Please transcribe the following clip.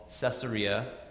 Caesarea